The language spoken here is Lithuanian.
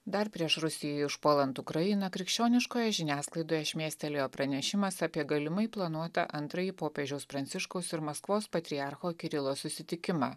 dar prieš rusijai užpuolant ukrainą krikščioniškoje žiniasklaidoje šmėstelėjo pranešimas apie galimai planuotą antrąjį popiežiaus pranciškaus ir maskvos patriarcho kirilo susitikimą